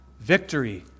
victory